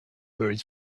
buried